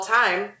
time